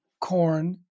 corn